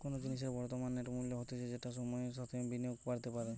কোনো জিনিসের বর্তমান নেট মূল্য হতিছে যেটা সময়ের সাথেও বিনিয়োগে বাড়তে পারে